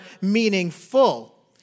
meaningful